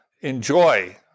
enjoy